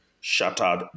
shattered